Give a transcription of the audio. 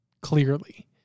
clearly